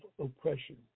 oppression